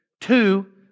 Two